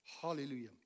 Hallelujah